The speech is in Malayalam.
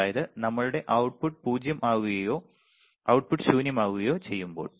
അതായത് നമ്മളുടെ output 0 ആകുകയോ output ശൂന്യമാക്കുകയോ ചെയ്യുമ്പോൾ